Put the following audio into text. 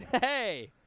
Hey